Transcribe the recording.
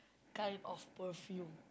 kind of perfume